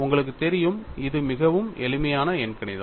உங்களுக்கு தெரியும் இது மிகவும் எளிமையான எண்கணிதம்